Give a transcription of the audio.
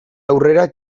aurrera